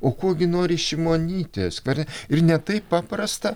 o ko gi nori šimonytė skverne ir ne taip paprasta